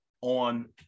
on